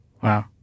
Wow